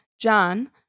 John